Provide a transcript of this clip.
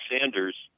Sanders